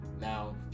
Now